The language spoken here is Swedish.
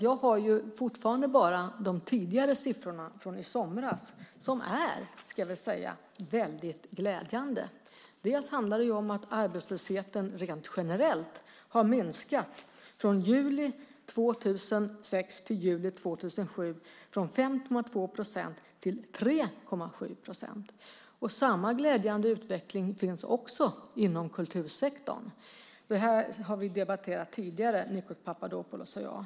Jag har fortfarande bara de tidigare siffrorna från i somras. De är väldigt glädjande. Det handlar om att arbetslösheten rent generellt har minskat från juli 2006 till juli 2007 från 5,2 procent till 3,7 procent. Samma glädjande utveckling finns också inom kultursektorn. Det här har vi debatterat tidigare Nikos Papadopoulos och jag.